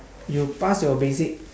you pass your basic